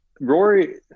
Rory